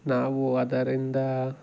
ನಾವು ಅದರಿಂದ